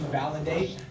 validate